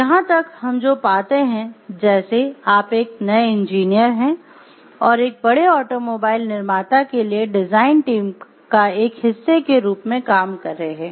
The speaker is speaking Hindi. यहाँ तक हम जो पाते हैं जैसे आप एक नए इंजीनियर हैं और एक बड़े ऑटोमोबाइल निर्माता के लिए डिजाइन टीम का एक हिस्से के रूप में काम कर रहे हैं